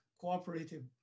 cooperative